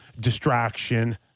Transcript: distraction